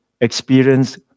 experience